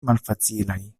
malfacilaj